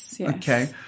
Okay